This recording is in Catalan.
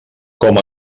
com